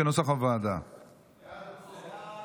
חוק התאגיד